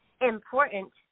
important